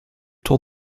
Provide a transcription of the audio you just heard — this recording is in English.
told